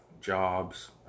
jobs